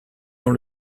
dans